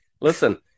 Listen